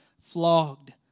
flogged